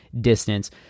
distance